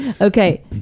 Okay